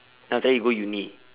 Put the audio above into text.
then after that you go uni